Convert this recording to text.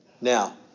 Now